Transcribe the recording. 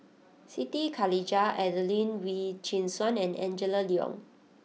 Siti Khalijah Adelene Wee Chin Suan and Angela Liong